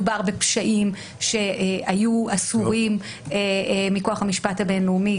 מדובר בפשעים שהיו אסורים מכוח המשפט הבין-לאומי